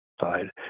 side